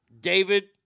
David